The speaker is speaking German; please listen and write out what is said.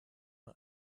mal